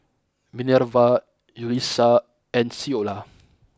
Minerva Yulissa and Ceola